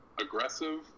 aggressive